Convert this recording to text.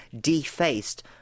defaced